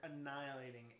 annihilating